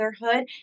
motherhood